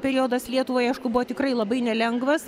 periodas lietuvai aišku buvo tikrai labai nelengvas